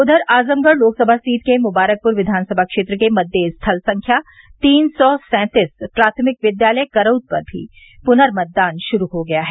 उधर आजमगढ़ लोकसभा सीट के मुबारकपुर विधानसभा क्षेत्र के मतदेय स्थल संख्या तीन सौ सँतीस प्राथमिक विद्यालय करउत पर पुनर्मतदान भी शुरू हो गया है